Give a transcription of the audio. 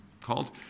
called